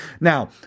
Now